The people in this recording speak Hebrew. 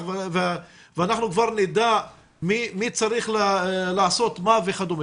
ואנחנו כבר נדע מי צריך לעשות מה וכדומה.